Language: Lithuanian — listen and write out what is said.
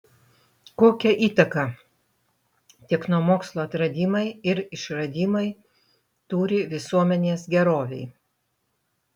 kokią įtaką technomokslo atradimai ir išradimai turi visuomenės gerovei